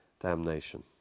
damnation